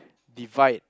divide